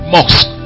Mosque